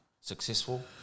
successful